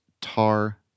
Tar